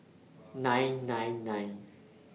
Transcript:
nine nine nine